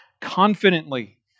confidently